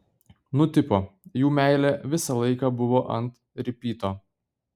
nu tipo jų meilė visą laiką buvo ant ripyto